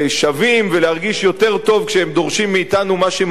ולהרגיש יותר טוב כשהם דורשים מאתנו מה שמגיע להם,